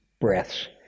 breaths